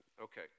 Okay